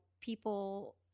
people